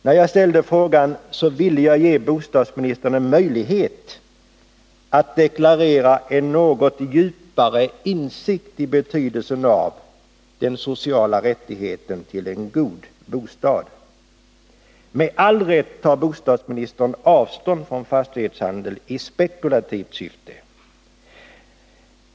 När jag ställde frågan ville jag ge bostadsministern en möjlighet att deklarera en något djupare insikt i betydelsen av den sociala rättigheten till en god bostad. Med all rätt tar bostadsministern avstånd från fastighetshandel i spekulativt syfte.